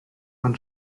man